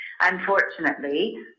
Unfortunately